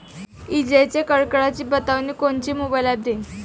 इजाइच्या कडकडाटाची बतावनी कोनचे मोबाईल ॲप देईन?